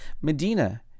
Medina